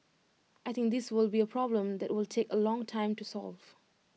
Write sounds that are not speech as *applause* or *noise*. I think this will be *noise* A problem that will take A long time to solve